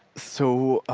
so